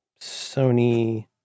Sony